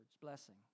Blessing